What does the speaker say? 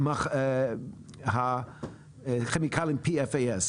לכימיקלי PFAS: